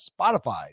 Spotify